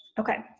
okay,